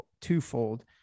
twofold